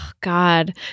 God